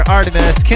Artemis